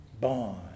bond